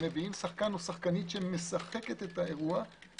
מביאים שחקנים שמשחקים את האירועים,